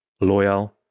loyal